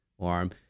arm